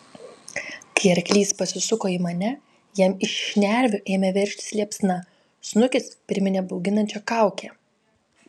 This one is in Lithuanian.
kai arklys pasisuko į mane jam iš šnervių ėmė veržtis liepsna snukis priminė bauginančią kaukę